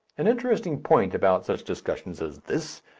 an interesting point about such discussions as this,